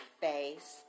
face